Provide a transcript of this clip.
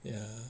ya